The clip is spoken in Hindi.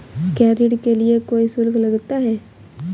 क्या ऋण के लिए कोई शुल्क लगता है?